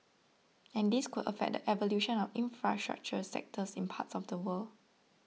and this could affect the evolution of infrastructure sectors in parts of the world